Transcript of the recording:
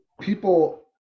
people –